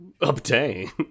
obtain